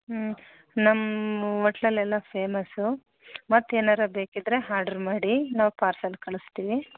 ಹ್ಞೂ ನಮ್ಮ ಹೋಟ್ಲಲ್ಲಿ ಎಲ್ಲ ಫೇಮಸ್ಸು ಮತ್ತೇನಾದರೂ ಬೇಕಿದ್ದರೆ ಆರ್ಡರು ಮಾಡಿ ನಾವು ಪಾರ್ಸೆಲ್ ಕಳಿಸ್ತೀವಿ